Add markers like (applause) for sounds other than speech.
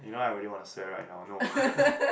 you know I really want to swear right now no (laughs)